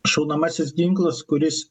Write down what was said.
šaunamasis ginklas kuris